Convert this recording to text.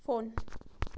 phone